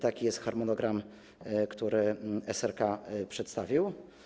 Taki jest harmonogram, który SRK przedstawił.